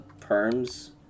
perms